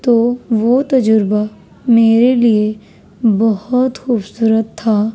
تو وہ تجربہ میرے لیے بہت خوبصورت تھا